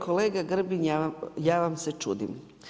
Kolega Grbin, ja vam se čudim.